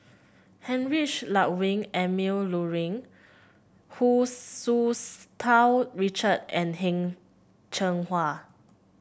Heinrich Ludwig Emil Luering Hu Tsu Tau Richard and Heng Cheng Hwa